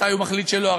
מתי הוא מחליט שלא,